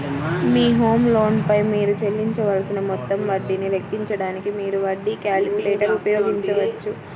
మీ home loan పై మీరు చెల్లించవలసిన మొత్తం వడ్డీని లెక్కించడానికి, మీరు వడ్డీ క్యాలిక్యులేటర్ ఉపయోగించవచ్చు